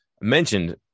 mentioned